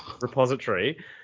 repository